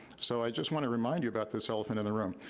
so, i just want to remind you about this elephant in the room.